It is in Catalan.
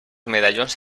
medallons